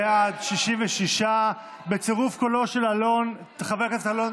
בעד, 66 בצירוף קולו של אלון, של חבר הכנסת אלון,